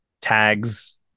tags